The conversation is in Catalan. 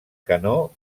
canó